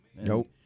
Nope